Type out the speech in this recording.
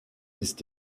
ist